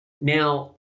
Now